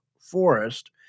forest